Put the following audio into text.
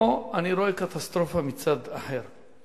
פה אני רואה קטסטרופה מצד אחר.